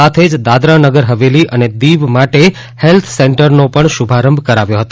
સાથે જ દાદરા નગર હવેલી અને દીવ માટે હેલ્થ સેન્ટરનો પણ શુભારંભ કરાવ્યો હતો